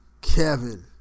Kevin